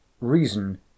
reason